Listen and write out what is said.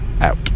out